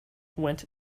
went